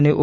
અને ઓ